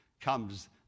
comes